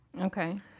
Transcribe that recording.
Okay